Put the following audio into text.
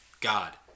God